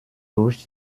durch